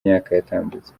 yatambutse